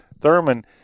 Thurman